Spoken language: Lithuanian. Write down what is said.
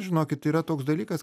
žinokit yra toks dalykas